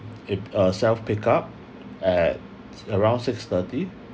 uh self pick up at around six-thirty